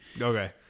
Okay